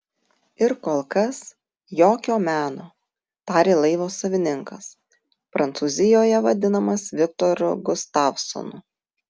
ir kol kas jokio meno tarė laivo savininkas prancūzijoje vadinamas viktoru gustavsonu